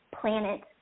planet